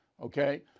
okay